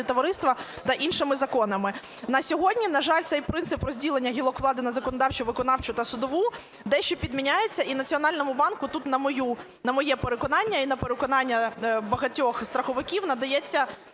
товариства" та іншими законами. На сьогодні, на жаль, цей принцип розділення гілок влади на законодавчу, виконавчу та судову дещо підміняється. І Національному банку тут, на моє переконання, і на переконання багатьох страховиків, надається